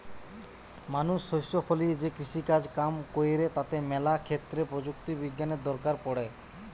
মানুষ শস্য ফলিয়ে যে কৃষিকাজ কাম কইরে তাতে ম্যালা ক্ষেত্রে প্রযুক্তি বিজ্ঞানের দরকার পড়ে